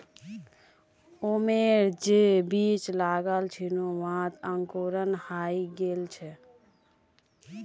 आमेर जे बीज लगाल छिनु वहात अंकुरण हइ गेल छ